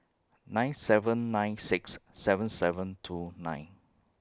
nine seven nine six seven seven two nine